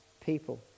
people